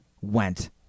went